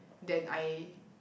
than I